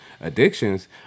addictions